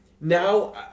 Now